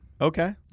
Okay